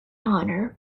honour